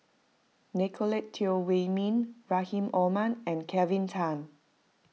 Nicolette Teo Wei Min Rahim Omar and Kelvin Tan